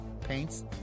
Paints